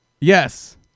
Yes